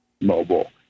mobile